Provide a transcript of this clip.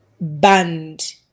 banned